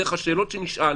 דרך השאלות שנשאל,